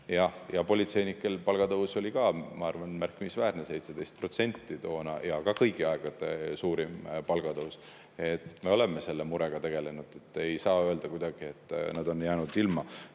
Politseinike palga tõus oli ka, ma arvan, märkimisväärne, 17% toona, ja see oli kõigi aegade suurim palgatõus. Me oleme selle murega tegelenud ja ei saa öelda, et nad on jäänud ilma.